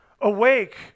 Awake